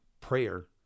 prayer